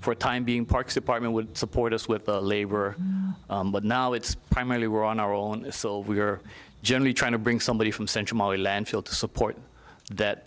for a time being parks department would support us with labor but now it's primarily we're on our own so we are generally trying to bring somebody from central valley landfill to support that